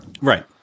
Right